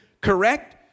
Correct